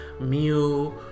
Mew